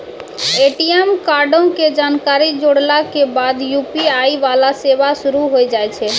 ATM कार्डो के जानकारी जोड़ला के बाद यू.पी.आई वाला सेवा शुरू होय जाय छै